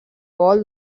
gol